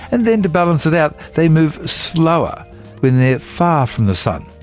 and then to balance it out, they move slower when they are far from the sun.